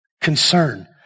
concern